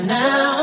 now